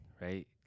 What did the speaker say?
right